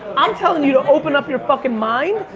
i'm telling you to open up your fuckin' mind,